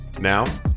Now